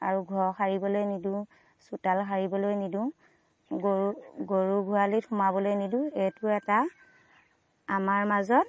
আৰু ঘৰ সাৰিবলে নিদিওঁ চোতাল সাৰিবলৈ নিদিওঁ গৰু গৰু গোঁহালিত সোমাবলে নিদিওঁ এইটো এটা আমাৰ মাজত